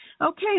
Okay